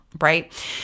right